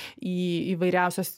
į įvairiausias